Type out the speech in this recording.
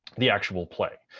the actual play.